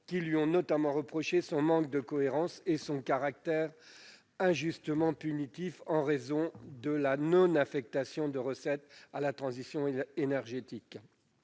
qui lui ont notamment reproché son manque de cohérence et son caractère injustement punitif, en raison de la non-affectation des recettes à la transition énergétique.